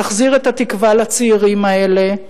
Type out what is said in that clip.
תחזיר את התקווה לצעירים האלה,